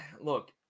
look